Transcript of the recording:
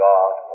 God